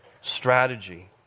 strategy